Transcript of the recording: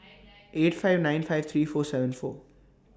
eight five nine five three four seven four